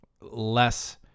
less